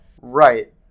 Right